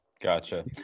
Gotcha